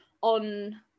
on